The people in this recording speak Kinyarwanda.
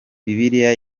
bibiliya